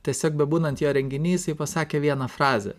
tiesiog bebūnant jo renginy jisai pasakė vieną frazę